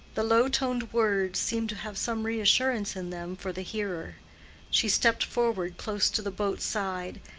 the low-toned words seemed to have some reassurance in them for the hearer she stepped forward close to the boat's side,